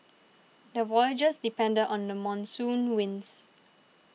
their voyages depended on the monsoon winds